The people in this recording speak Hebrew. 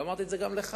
ואמרתי את זה גם לך,